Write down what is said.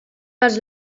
pels